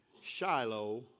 Shiloh